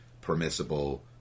permissible